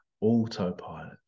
autopilot